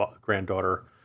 granddaughter